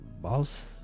boss